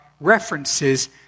references